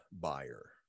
buyer